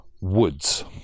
Woods